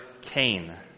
Cain